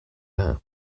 are